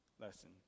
lesson